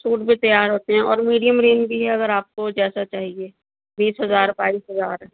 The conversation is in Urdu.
سوٹ بھی تیار ہوتے ہیں اور میڈیم رینج بھی ہے اگر آپ کو جیسا چاہیے بیس ہزار بائیس ہزار